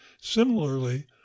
Similarly